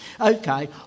Okay